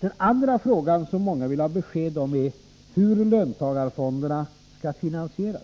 Den andra frågan som många vill ha besked om är hur löntagarfonderna skall finansieras.